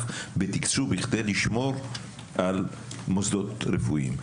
בתקצוב בכדי לשמור על מוסדות רפואיים.